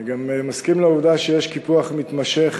אני גם מסכים לעובדה שיש קיפוח מתמשך